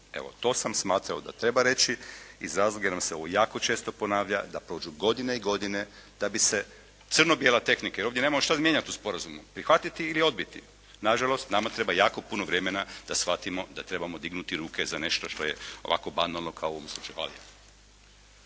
Evo to sam smatramo da treba reći, …/Govornik se ne razumije./… ponavlja da prođu godine i godine da bi se crno-bijela tehnika, jer ovdje nemaš šta mijenjati u sporazumu, prihvatiti ili odbiti. Na žalost nama treba jako puno vremena da shvatimo da treba dignuti ruke za nešto što je ovako banalno kao u ovom slučaju. Hvala